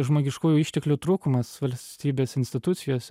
žmogiškųjų išteklių trūkumas valstybės institucijose tu